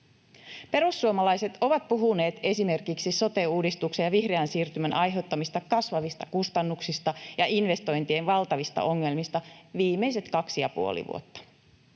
Perussuomalaiset ovat puhuneet esimerkiksi sote-uudistuksen ja vihreän siirtymän aiheuttamista kasvavista kustannuksista ja investointien valtavista ongelmista viimeiset kaksi ja